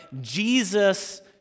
Jesus